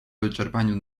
wyczerpaniu